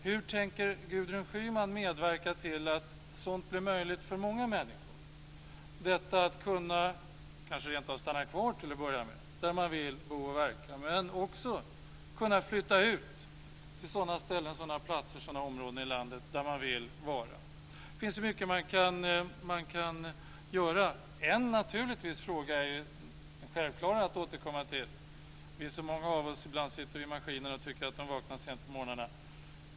Hur tänker Gudrun Schyman medverka till att detta blir möjligt för många människor. Det handlar kanske rentav om att kunna stanna kvar där man vill bo och verka men också om att kunna flytta till sådana områden i landet där man vill vara. Det finns mycket man kan göra. En fråga är det naturligtvis självklart att återkomma till. Vi är så många som sitter vid maskinerna och tycker att de vaknar sent på morgnarna.